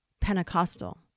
Pentecostal